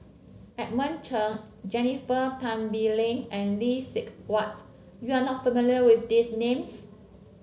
Edmund Cheng Jennifer Tan Bee Leng and Lee Huat you are not familiar with these names